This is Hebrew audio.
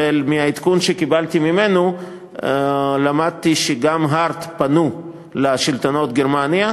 ומהעדכון שקיבלתי ממנו למדתי שגם HEART פנו לשלטונות גרמניה,